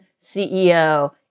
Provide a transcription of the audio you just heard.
CEO